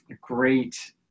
great